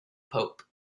pope